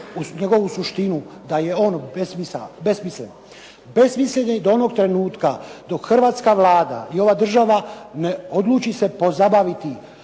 njegovu suštinu da je on besmislen. Besmislen do onoga trenutka dok Hrvatska vlada i ova država ne odluči se pozabaviti